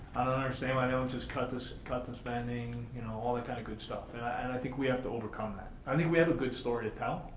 understand why they don't just cut this cut this maddening. you know all that kind of good stuff and i and i think we have to overcome that. i think we have a good story to tell.